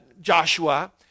Joshua